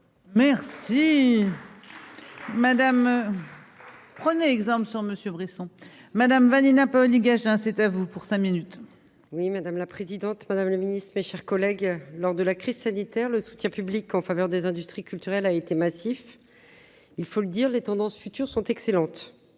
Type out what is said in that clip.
Merci. Prenez exemple sur Monsieur Bresson Madame Vanina Paoli-Gagin c'est à vous pour cinq minutes. Oui, madame la présidente, madame le Ministre, mes chers collègues, lors de la crise sanitaire, le soutien public en faveur des industries culturelles a été massif, il faut le dire, les tendances futures sont excellentes